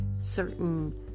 certain